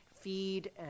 feed